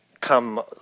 come